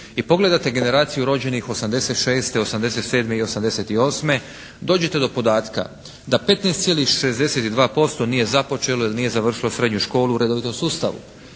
i pogledate generaciju rođenih 1986., 1987. i 1988. dođete do podatka da 15,62% nije započelo ili nije završilo srednju školu u redovitom sustavu.